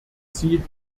sie